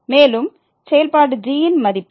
மேலும் செயல்பாடு g ன் மதிப்பு